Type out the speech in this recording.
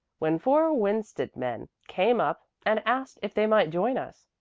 when four winsted men came up, and asked if they might join us.